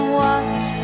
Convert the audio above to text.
watch